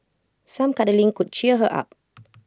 some cuddling could cheer her up